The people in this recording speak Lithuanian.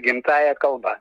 gimtąja kalba